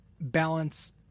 balance